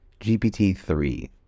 GPT-3